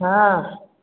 हॅं